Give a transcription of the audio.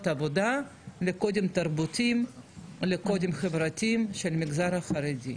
העבודה לקודים התרבותיים ולקודים החברתיים של המגזר החרדי.